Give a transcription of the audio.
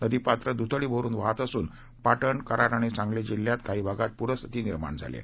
नदी पात्र दुथड़ी वाहत असून पाटण कराड आणि सांगली जिल्ह्यातील काही भागात प्रस्थिति निर्माण झाली आहे